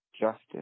justice